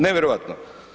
Nevjerojatno.